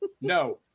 No